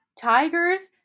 tigers